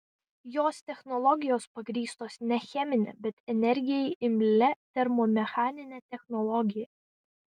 jos technologijos pagrįstos ne chemine bet energijai imlia termomechanine technologija